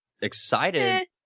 excited